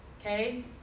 okay